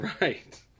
Right